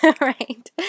right